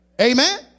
Amen